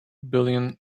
billion